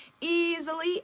easily